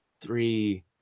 three